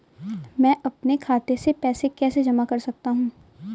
मैं अपने खाते में पैसे कैसे जमा कर सकता हूँ?